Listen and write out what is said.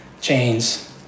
Chains